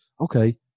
okay